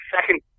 second